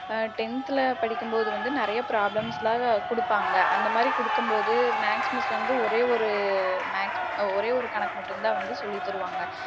டென்த்ல படிக்கும்போது வந்து நிறையா ப்ராப்லம்ஸ்லாம் கொடுப்பாங்க அந்த மாதிரி கொடுக்கம்போது மேக்ஸ் மிஸ் வந்து ஒரே ஒரு மேக்ஸ் ஒரேயொரு கணக்கு மட்டுந்தான் வந்து சொல்லி தருவாங்கள்